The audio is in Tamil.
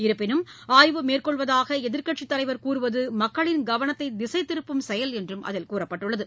இருப்பினும் ஆய்வு மேற்கொள்வதாக எதிர்க்கட்சித் தலைவர் கூறுவது மக்களின் கவனத்தை திசைதிருப்பும் செயல் என்றும் அதில் கூறப்பட்டுள்ளது